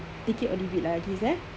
take it or leave it eh